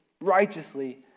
righteously